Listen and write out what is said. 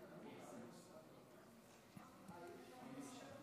מכובדי היושב-ראש,